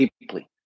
deeply